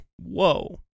Whoa